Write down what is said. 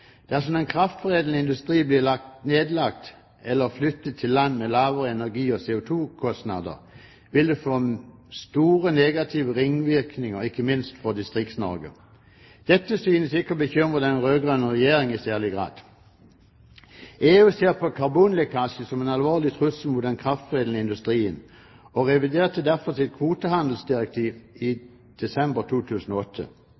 Dersom den kraftforedlende industri blir nedlagt, eller flyttet til land med lavere energi- og CO2-kostnader, vil det få store negative ringvirkninger, ikke minst for Distrikts-Norge. Dette synes ikke å bekymre den rød-grønne regjeringen i særlig grad. EU ser på karbonlekkasje som en alvorlig trussel mot den kraftforedlende industrien, og reviderte derfor sitt kvotehandelsdirektiv